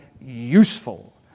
useful